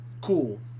Cool